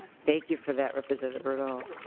thank you for that representative urdahl.